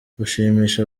gushimisha